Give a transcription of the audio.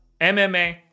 MMA